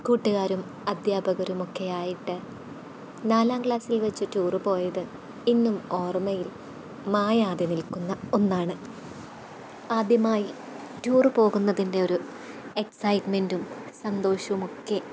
കൂട്ടുകാരും അദ്ധ്യാപകരും ഒക്കെ ആയിട്ടു നാലാം ക്ലാസ്സില് വെച്ചു റ്റൂർ പോയത് ഇന്നും ഓര്മ്മയില് മായാതെ നില്ക്കുന്ന ഒന്നാണ് ആദ്യമായി റ്റൂർ പോകുന്നതിന്റെ ഒരു എക്സൈറ്റ്മെൻറ്റും സന്തോഷവുമൊക്കെ